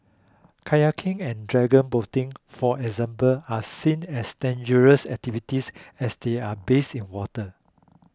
kayaking and dragon boating for example are seen as dangerous activities as they are based in water